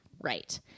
Right